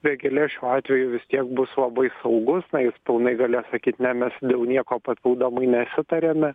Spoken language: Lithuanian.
vėgėlė šiuo atveju vis tiek bus labai saugus na jis pilnai galės sakyt ne mes dėl nieko papildomai nesitarėme